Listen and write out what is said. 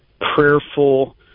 prayerful